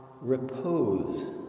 repose